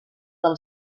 del